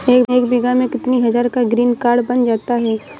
एक बीघा में कितनी हज़ार का ग्रीनकार्ड बन जाता है?